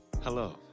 Hello